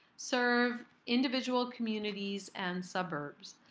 serve individual communities and suburbs.